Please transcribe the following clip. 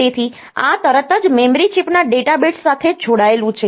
તેથી આ તરત જ મેમરી ચિપના ડેટા બિટ્સ સાથે જોડાયેલું છે